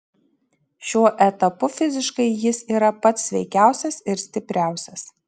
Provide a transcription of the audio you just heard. šiuo etapu fiziškai jis yra pats sveikiausias ir stipriausias